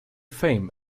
fame